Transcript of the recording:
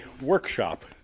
workshop